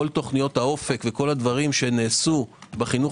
כל תוכניות האופק וכל הדברים שנעשו בחינוך